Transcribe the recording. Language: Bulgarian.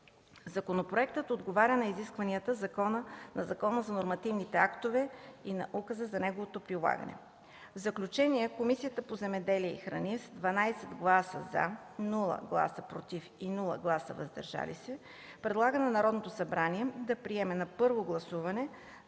Законопроектът отговаря на изискванията на Закона за нормативните актове и на указа за неговото прилагане. В заключение Комисията по земеделието и храните с 12 гласа „за”, без „против” и „въздържали се” предлага на Народното събрание да приеме на първо гласуване